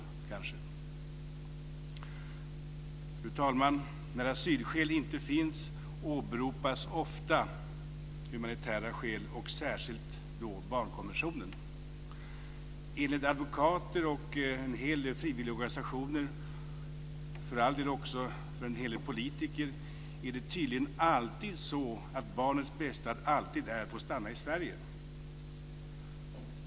Fru talman! När asylskäl inte finns åberopas ofta humanitära skäl och då särskilt barnkonventionen. Enligt advokater och en hel del frivilligorganisationer, och för all del också en hel del politiker, är det tydligen alltid så att barnets bästa alltid är att få stanna i Sverige.